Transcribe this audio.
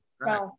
right